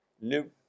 live